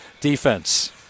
defense